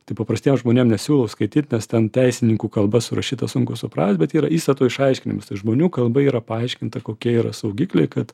tai paprastiem žmonėm nesiūlau skaityt nes ten teisininkų kalba surašyta sunku suprast bet yra įstatų išaiškinimas tai žmonių kalba yra paaiškinta kokie yra saugikliai kad